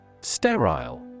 Sterile